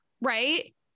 right